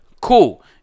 Cool